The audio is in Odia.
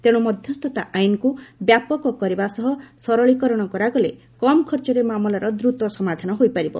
ତେଣୁ ମଧ୍ୟସ୍ଥତା ଆଇନକୁ ବ୍ୟାପକ କରିବା ସହ ସରଳୀକରଣ କରାଗଲେ କମ୍ ଖର୍ଚ୍ଚରେ ମାମଲାର ଦ୍ରତ ସମାଧାନ ହୋଇପାରିବ